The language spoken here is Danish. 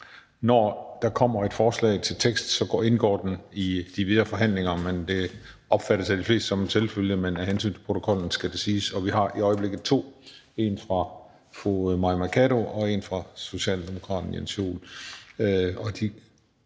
når der kommer et forslag til vedtagelse, indgår det i de videre forhandlinger. Det opfattes af de fleste som en selvfølge, men af hensyn til protokollen, skal det siges. Og vi har i øjeblikket to forslag til vedtagelse, et fra fru Mai Mercado